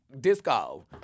disco